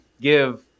give